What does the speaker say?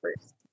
first